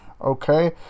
okay